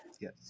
Yes